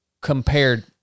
compared